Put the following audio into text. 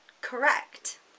correct